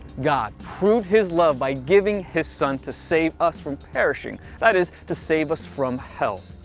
god proved his love by giving his son, to save us from perishing, that is, to save us from hell.